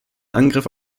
angriff